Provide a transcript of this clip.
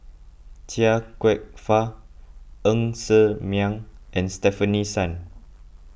Chia Kwek Fah Ng Ser Miang and Stefanie Sun